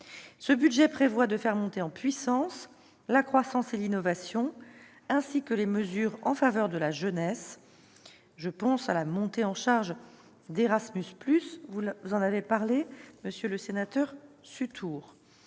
de budget prévoit de faire monter en puissance la croissance et l'innovation, ainsi que les mesures en faveur de la jeunesse. Je pense à la montée en charge d'Erasmus +, dont M. le sénateur Sutour